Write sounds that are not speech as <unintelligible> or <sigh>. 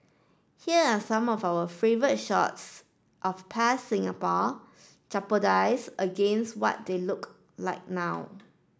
here are some of our favourite shots of past Singapore <unintelligible> against what they look like now